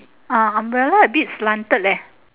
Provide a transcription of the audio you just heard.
ah umbrella a bit slanted leh